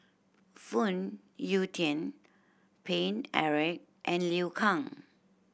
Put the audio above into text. Phoon Yew Tien Paine Eric and Liu Kang